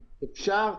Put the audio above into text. אפשר,